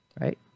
Right